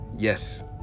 yes